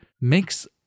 makes